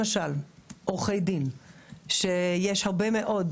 למשל: יש הרבה מאוד